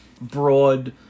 broad